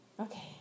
okay